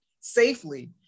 safely